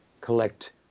collect